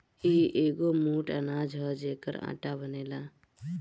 इ एगो मोट अनाज हअ जेकर आटा बनेला